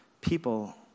people